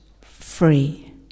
free